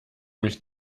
mich